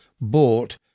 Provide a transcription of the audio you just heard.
bought